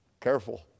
Careful